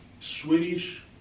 Swedish